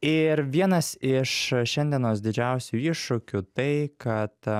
ir vienas iš šiandienos didžiausių iššūkių tai kad